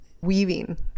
weaving